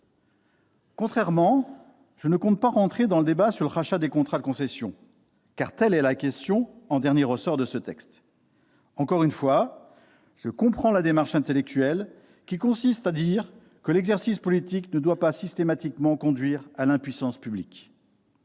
appréciation. Je ne compte pas entrer dans le débat sur le rachat des contrats de concession, car telle est la question en dernier ressort de ce texte. Encore une fois, je comprends la démarche intellectuelle qui consiste à dire que l'exercice politique ne doit pas systématiquement conduire à l'impuissance publique,